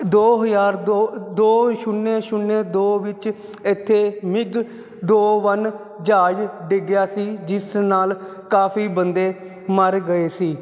ਦੋ ਹਜ਼ਾਰ ਦੋ ਦੋ ਸ਼ੁੰਨਿਆ ਸ਼ੁੰਨਿਆ ਦੋ ਵਿੱਚ ਇੱਥੇ ਮਿਗ ਦੋ ਵਨ ਜਹਾਜ਼ ਡਿੱਗਿਆ ਸੀ ਜਿਸ ਨਾਲ ਕਾਫੀ ਬੰਦੇ ਮਰ ਗਏ ਸੀ